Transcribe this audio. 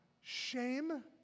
shame